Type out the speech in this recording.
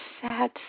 sad